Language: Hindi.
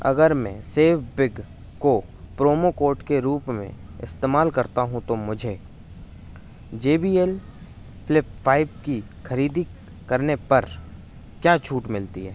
अगर मैं सेव बिग को प्रोमो कोड के रूप में इस्तेमाल करता हूँ तो मुझे J B L flip five की ख़रीदी करने पर क्या छूट मिलती है